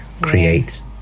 creates